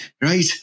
right